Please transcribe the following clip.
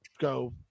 go